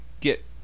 get